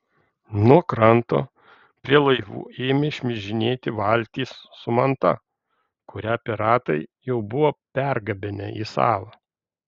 nuo kranto prie laivų ėmė šmižinėti valtys su manta kurią piratai jau buvo pergabenę į salą